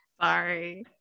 sorry